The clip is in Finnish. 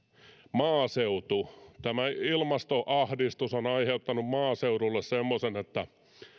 maaseutu tämä ilmastoahdistus on aiheuttanut maaseudulle semmoisen että